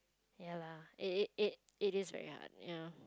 ya lah it it it it is very hard ya